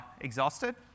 exhausted